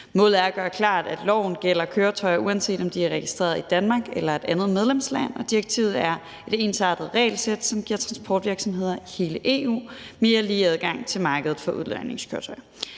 Målet er at gøre det klart, at loven gælder køretøjer, uanset om de er registreret i Danmark eller et andet medlemsland, og direktivet er et ensartet regelsæt, som giver transportvirksomheder i hele EU mere en lige adgang til markedet for udlejningskøretøjer.